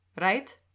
Right